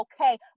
okay